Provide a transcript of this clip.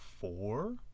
four